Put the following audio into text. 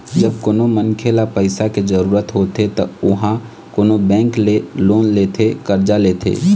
जब कोनो मनखे ल पइसा के जरुरत होथे त ओहा कोनो बेंक ले लोन लेथे करजा लेथे